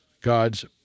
God's